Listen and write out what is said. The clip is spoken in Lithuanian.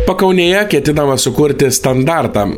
pakaunėje ketinama sukurti standartą